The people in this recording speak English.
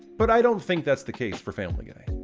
but i don't think that's the case for family guy.